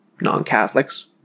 non-Catholics